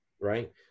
right